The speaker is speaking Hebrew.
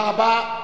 תודה רבה.